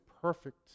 perfect